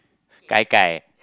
gai-gai